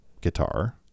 guitar